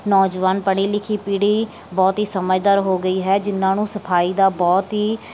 ਨੌਜਵਾਨ ਪੜ੍ਹੀ ਲਿਖੀ ਪੀੜ੍ਹੀ ਬਹੁਤ ਹੀ ਸਮਝਦਾਰ ਹੋ ਗਈ ਹੈ ਜਿਨ੍ਹਾਂ ਨੂੰ ਸਫਾਈ ਦਾ ਬਹੁਤ ਹੀ